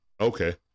Okay